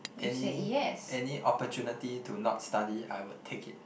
any any opportunity to not study I will take it